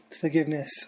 forgiveness